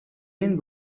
این